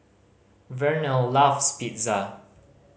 Vernelle loves Pizza